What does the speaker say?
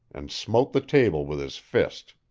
and smote the table with his fist.